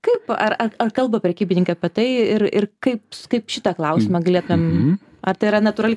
kaip ar ar kalba prekybininkai apie tai ir ir kaip kaip šitą klausimą galėtumėm ar tai yra natūrali